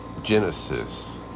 Genesis